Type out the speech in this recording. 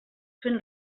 fent